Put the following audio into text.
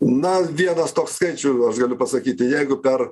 na vienas toks skaičių aš galiu pasakyti jeigu per